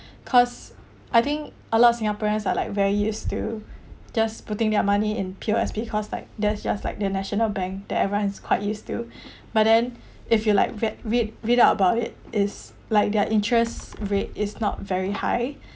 cause I think a lot of singaporeans are like very used to just putting their money in P_O_S_B cause like then just like national bank that everyone is quite used to but then if you like read read read up about it like their interests rates is not very high